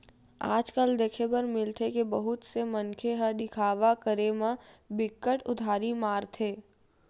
आज कल देखे बर मिलथे के बहुत से मनखे ह देखावा करे म बिकट उदारी मारथे